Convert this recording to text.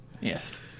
Yes